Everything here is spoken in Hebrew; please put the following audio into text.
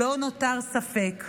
לא נותר ספק: